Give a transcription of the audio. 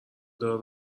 دار